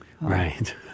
Right